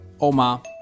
Oma